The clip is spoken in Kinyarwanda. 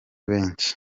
benshi